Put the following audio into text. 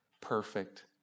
perfect